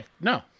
no